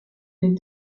des